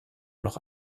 noch